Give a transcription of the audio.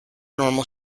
normal